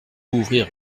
ouvrir